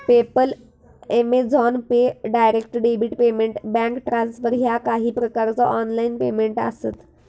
PayPal, Amazon pay, direct debit payment, bank transfer ह्या काही प्रकारचो ऑनलाइन पेमेंट आसत